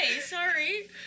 sorry